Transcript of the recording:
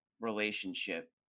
relationship